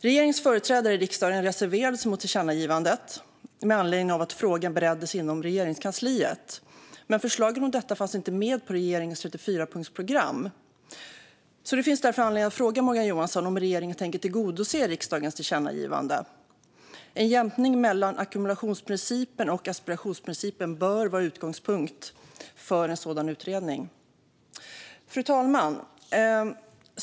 Regeringens företrädare i riksdagen reserverade sig mot tillkännagivandet med anledning av att frågan bereddes inom Regeringskansliet. Men förslagen om detta fanns inte med i regeringens 34-punktsprogram. Det finns därför anledning att fråga Morgan Johansson om regeringen tänker tillgodose riksdagens tillkännagivande. En jämkning mellan ackumulationsprincipen och asperationsprincipen bör vara utgångspunkt för en sådan utredning. Fru talman!